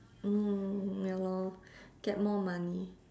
mm ya lor get more money